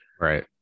right